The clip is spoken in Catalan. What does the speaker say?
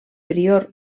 prior